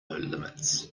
limits